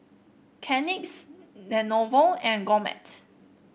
Kleenex Lenovo and Gourmet